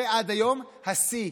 זה עד היום השיא,